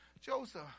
joseph